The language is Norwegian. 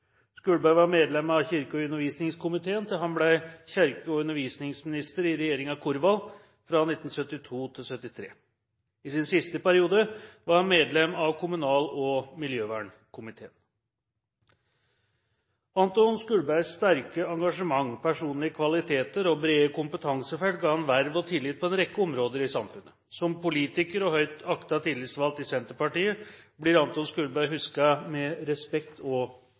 var medlem av kirke- og undervisningskomiteen til han ble kirke- og undervisningsminister i regjeringen Korvald fra 1972 til 1973. I sin siste periode var han medlem av kommunal- og miljøvernkomiteen. Anton Skulbergs sterke engasjement, personlige kvaliteter og brede kompetansefelt ga ham verv og tillit på en rekke områder i samfunnet. Som politiker og høyt aktet tillitsvalgt i Senterpartiet blir Anton Skulberg husket med respekt og